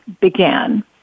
began